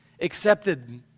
accepted